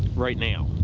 right now.